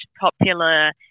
popular